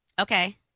Okay